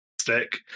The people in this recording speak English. stick